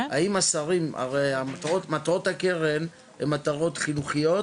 הרי מטרות הקרן הן מטרות חינוכיות,